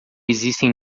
existem